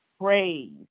praise